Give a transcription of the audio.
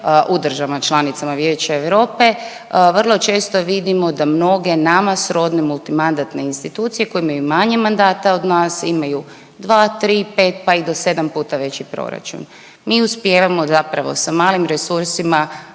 u državama članicama Vijeća Europe, vrlo često vidimo da mnoge nama srodne multimandatne institucije koje imaju manje mandata od nas, imaju 2, 3, 5 pa i do 7 puta veći proračun. Mi uspijevamo zapravo sa malim resursima